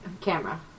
camera